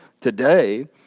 today